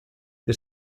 der